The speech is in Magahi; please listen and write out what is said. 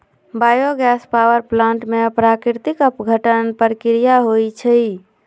बायो गैस पावर प्लांट में प्राकृतिक अपघटन प्रक्रिया होइ छइ